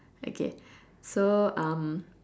okay so um